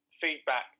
feedback